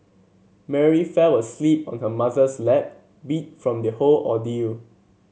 Mary fell asleep on her mother's lap beat from the whole ordeal